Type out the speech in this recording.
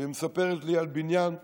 והיא מספרת לי על בניין שנבנה,